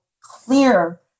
clear